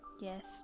Yes